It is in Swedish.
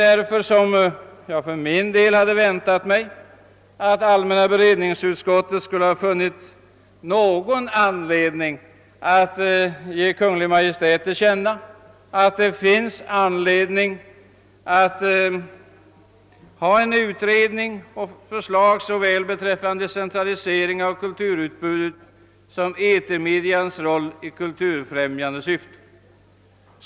Därför hade jag väntat mig att allmänna beredningsutskottet skulle ha ansett anledning föreligga att ge Kungl. Maj:t till känna att det är önskvärt att vi får en utredning såväl beträffande decentralisering av kulturutbudet som etermedias roll i kulturfrämjande syfte.